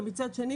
מצד שני,